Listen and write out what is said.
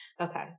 Okay